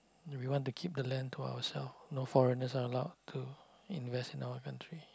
we want to keep the land to ourself no foreigners are allowed to invest in our country